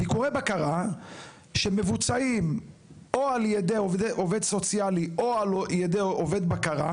ביקורי בקרה שמבוצעים או על ידי עובד סוציאלי או על ידי עובד בקרה.